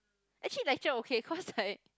actually lecture okay cause like